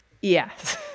Yes